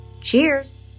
Cheers